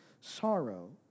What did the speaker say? sorrow